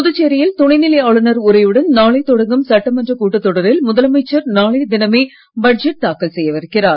புதுச்சேரியில் துணைநிலை ஆளுநர் உரையுடன் நாளை தொடங்கும் சட்டமன்ற கூட்டத்தொடரில் முதலமைச்சர் நாளைய தினமே பட்ஜெட் தாக்கல் செய்யவிருக்கிறார்